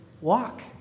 walk